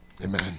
Amen